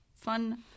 Fun